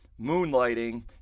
Moonlighting